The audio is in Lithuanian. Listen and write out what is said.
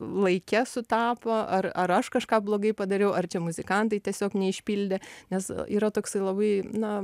laike sutapo ar ar aš kažką blogai padariau ar čia muzikantai tiesiog neišpildė nes yra toksai labai na